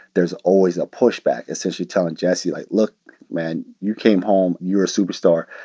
there's always a pushback essentially telling jesse, like look, man, you came home. you're a superstar.